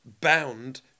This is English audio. bound